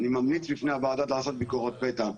אני ממליץ בפני הוועדה לעשות ביקורות פתע.